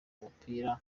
umupira